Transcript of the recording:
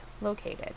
located